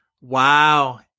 Wow